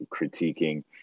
critiquing